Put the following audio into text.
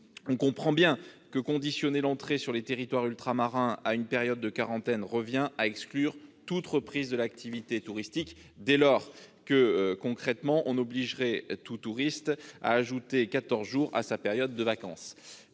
On comprend bien que conditionner l'entrée sur les territoires ultramarins à une période de quarantaine revient à exclure toute reprise de l'activité touristique, dès lors, que concrètement, on obligerait tous les touristes à ajouter quatorze jours à leur période de vacances.